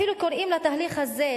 אפילו קוראים לתהליך הזה,